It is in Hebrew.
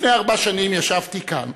לפני ארבע שנים ישבתי כאן,